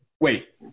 wait